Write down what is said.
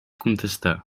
contestar